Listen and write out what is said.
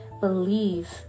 believe